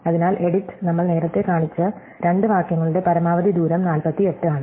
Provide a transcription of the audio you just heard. അതിനാൽ എഡിറ്റ് നമ്മൾ നേരത്തെ കാണിച്ച രണ്ട് വാക്യങ്ങളുടെ പരമാവധി ദൂരം 48 ആണ്